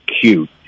cute